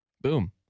Boom